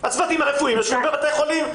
הצוותים הרפואיים יושבים בבתי החולים.